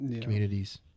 communities